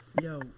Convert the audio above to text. Yo